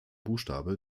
buchstabe